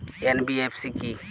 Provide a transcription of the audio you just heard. NBFC কী?